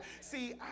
See